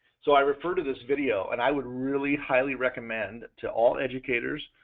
so i refer to this video and i would really highly recommend to all educators,